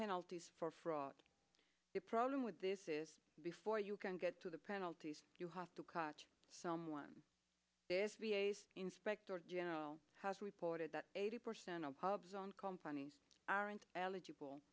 penalties for fraud the problem with this is before you can get to the penalties you have to catch some one inspector general has reported that eighty percent of pubs on companies aren't eligible